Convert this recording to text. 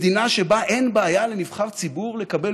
מדינה שבה אין בעיה לנבחר ציבור לקבל